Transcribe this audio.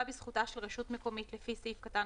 בזכותה של רשות מקומית לפי סעיף קטן